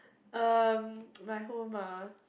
um my home ah